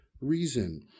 reason